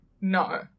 No